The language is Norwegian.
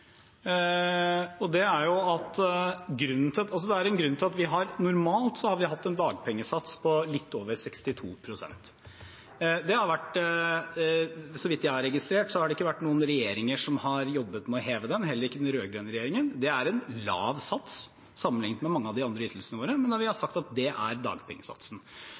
Det er en grunn til at vi normalt har hatt en dagpengesats på litt over 62 pst. Så vidt jeg har registrert, har det ikke vært noen regjering som har jobbet med å heve den – heller ikke den rød-grønne regjeringen. Det er en lav sats sammenliknet med mange av de andre ytelsene våre, men vi har sagt at det er dagpengesatsen.